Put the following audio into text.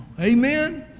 Amen